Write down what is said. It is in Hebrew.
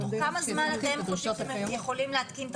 תוך כמה זמן אתם חושבים שאתם יכולים להתקין תקנות?